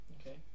Okay